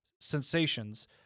sensations